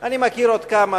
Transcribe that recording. אני מכיר עוד כמה.